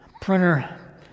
printer